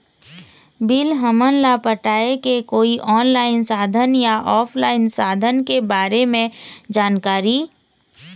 Bill हमन ला पटाए के कोई ऑनलाइन साधन या ऑफलाइन साधन के बारे मे जानकारी?